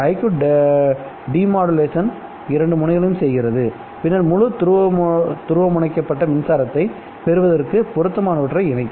Q டெமோடூலேஷனைச் இரண்டு முனைகளிலும் செய்கிறதுபின்னர் முழு துருவமுனைக்கப்பட்ட மின்சாரத்தைப் பெறுவதற்கு பொருத்தமானதை இணைக்கவும்